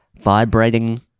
vibrating